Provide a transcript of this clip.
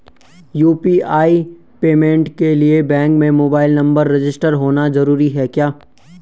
UPI payment के लिए bank में मोबाइल नंबर रजिस्टर्ड होना जरूरी है क्या?